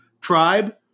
tribe